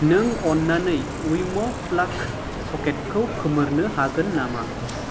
नों अननानै उइम' प्लाग सकेटखौ खोमोरनो हागोन नामा